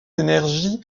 d’énergie